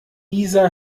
isa